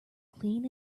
clean